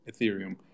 Ethereum